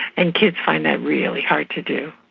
and kids find that really hard to do,